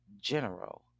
General